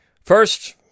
First